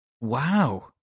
Wow